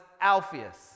Alpheus